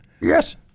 Yes